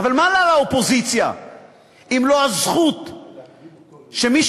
אבל מה לה לאופוזיציה אם לא הזכות שמי